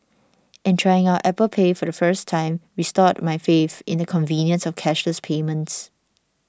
and trying out Apple Pay for the first time restored my faith in the convenience of cashless payments